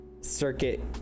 circuit